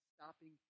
stopping